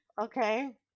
Okay